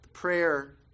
prayer